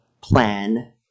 plan